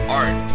art